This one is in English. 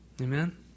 Amen